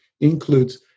includes